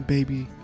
Baby